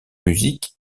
musique